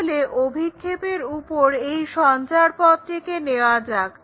তাহলে অভিক্ষেপের উপর এই সঞ্চারপথটিকে নেওয়া যাক